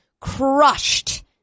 crushed